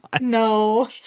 No